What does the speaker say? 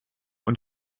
und